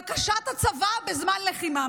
זו בקשת הצבא בזמן לחימה.